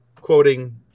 quoting